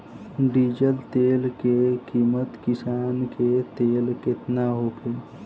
Diesel तेल के किमत किसान के लेल केतना होखे?